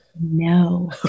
No